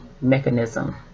mechanism